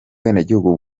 ubwenegihugu